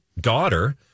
daughter